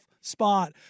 spot